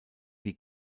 die